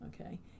Okay